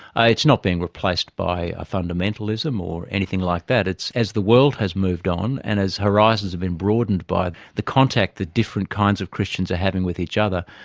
it's not being replaced by a fundamentalism or anything like that. it's as the world has moved on and as horizons have been broadened by the contact that different kinds of christians are having with each other,